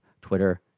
Twitter